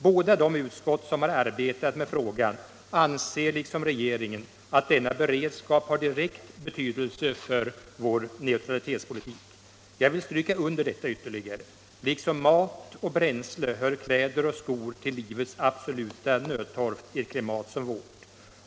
Båda de utskott som har arbetat med frågan anser liksom regeringen att denna beredskap har direkt betydelse för vår neutralitetspolitik. Jag vill stryka under detta ytterligare. Liksom mat och bränsle hör kläder och skor till livets absoluta nödtorft i ett klimat som vårt.